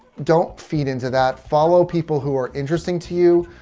don't feed into that. follow people who are interesting to you.